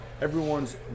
everyone's